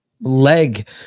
leg